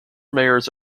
mayors